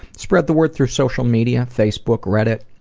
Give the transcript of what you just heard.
spread the word through social media, facebook, reddit,